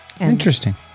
Interesting